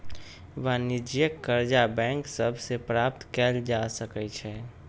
वाणिज्यिक करजा बैंक सभ से प्राप्त कएल जा सकै छइ